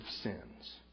sins